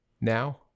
now